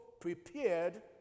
prepared